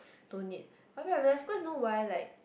don't need but after I realise cause you know why like